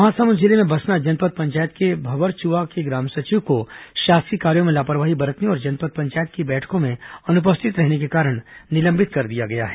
महासमुंद जिले में बसना जनपद पंचायत के भवरचुवा के ग्राम सचिव को शासकीय कार्यों में लापरवाही बरतने और जनपद पंचायत के बैठकों में अनुपस्थित रहने के कारण निलंबित कर दिया गया है